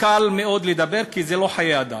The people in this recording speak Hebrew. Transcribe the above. קל מאוד לדבר, כי זה לא חיי אדם.